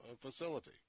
facility